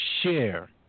share